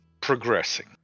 progressing